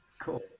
Cool